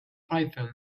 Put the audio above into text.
python